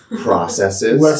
processes